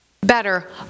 better